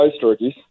turkeys